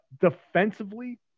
defensively